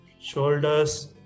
shoulders